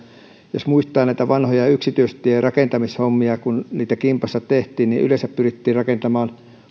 jos muistaa näitä vanhoja yksityistierakentamishommia niin kun niitä kimpassa tehtiin yleensä pyrittiin rakentamaan